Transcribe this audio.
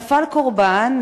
נפל קורבן,